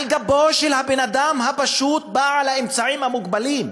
על גבו של הבן-אדם הפשוט, בעל האמצעים המוגבלים.